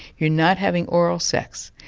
you're not having oral sex,